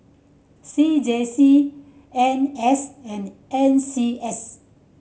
C J C N S and N C S